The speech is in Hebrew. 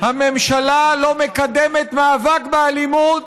הממשלה לא מקדמת מאבק באלימות,